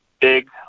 big